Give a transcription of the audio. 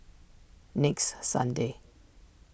next Sunday